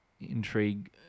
intrigue